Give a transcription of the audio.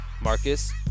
Marcus